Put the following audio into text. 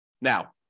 Now